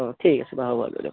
অঁ ঠিক আছে বাৰু হ'ব দিয়ক